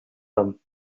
them